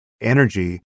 Energy